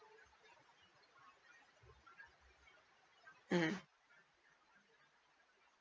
mm